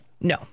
No